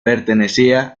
pertenecía